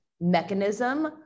mechanism